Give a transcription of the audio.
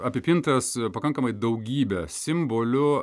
apipintas pakankamai daugybe simbolių